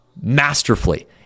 masterfully